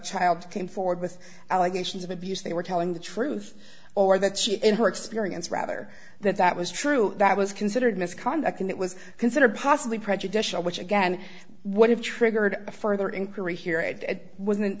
child came forward with allegations of abuse they were telling the truth or that she in her experience rather that that was true that was considered misconduct and it was considered possibly prejudicial which again what have triggered a further inquiry here it wasn't